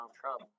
Trump